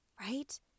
right